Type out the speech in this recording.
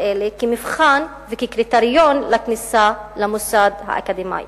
אלה כמבחן וכקריטריון לכניסה למוסד האקדמי.